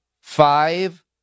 five